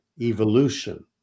evolution